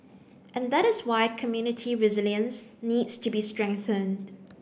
and that is why community resilience needs to be strengthened